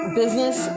business